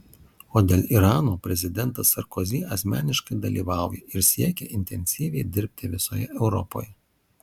o dėl irano prezidentas sarkozy asmeniškai dalyvauja ir siekia intensyviai dirbti visoje europoje